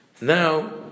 Now